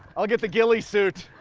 i'll get the ghillie suit.